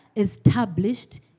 established